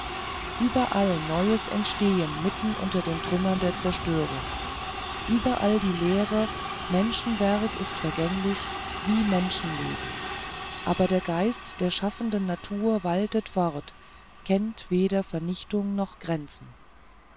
überall neues entstehen mitten unter den trümmern der zerstörung überall die lehre menschenwerk ist vergänglich wie menschenleben aber der geist der schaffenden natur waltet fort kennt weder vernichtung noch grenzen